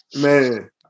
Man